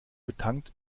betankt